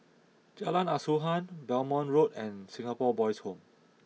Jalan Asuhan Belmont Road and Singapore Boys' Home